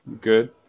Good